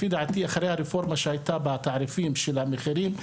לפי דעתי אחרי הרפורמה שהייתה בתעריפים של המחירים,